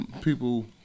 people